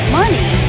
money